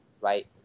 right